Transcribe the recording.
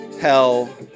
hell